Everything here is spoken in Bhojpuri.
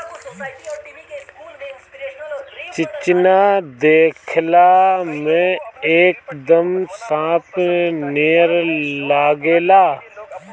चिचिना देखला में एकदम सांप नियर लागेला